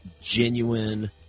genuine